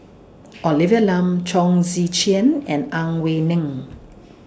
Olivia Lum Chong Tze Chien and Ang Wei Neng